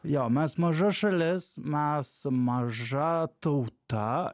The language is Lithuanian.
jo mes maža šalis mes maža tauta